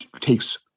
takes